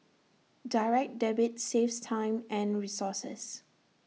Direct Debit saves time and resources